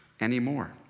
anymore